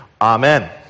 amen